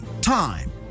Time